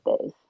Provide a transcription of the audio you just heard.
days